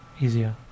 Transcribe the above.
easier